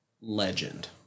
legend